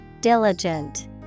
Diligent